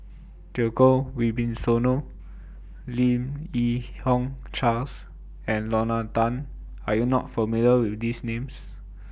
Djoko Wibisono Lim Yi Yong Charles and Lorna Tan Are YOU not familiar with These Names